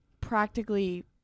practically